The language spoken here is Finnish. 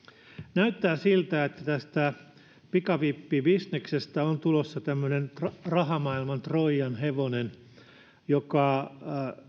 näyttää siltä että pikavippibisneksestä on tulossa rahamaailman troijan hevonen joka